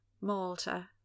Malta